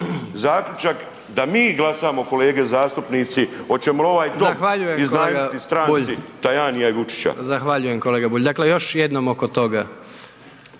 zaključak da mi glasamo kolege zastupnici hoćemo li ovaj Dom iznajmiti stranci… …/Upadica